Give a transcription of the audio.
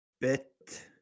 Bit